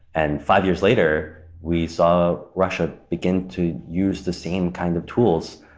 and five years later, we saw russia begin to use the same kind of tools,